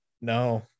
No